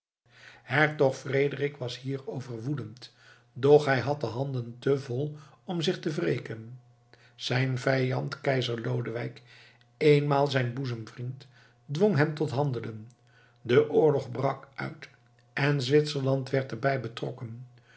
hertog frederik was hierover woedend doch hij had de handen te vol om zich te wreken zijn vijand keizer lodewijk eenmaal zijn boezemvriend dwong hem tot handelen de oorlog brak uit en zwitserland werd er bij betrokken